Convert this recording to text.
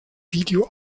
video